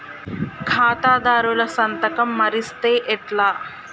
ఖాతాదారుల సంతకం మరిస్తే ఎట్లా?